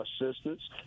Assistance